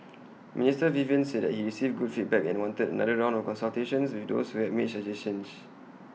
Mister Vivian said that he received good feedback and wanted another round of consultations with those who had made suggestions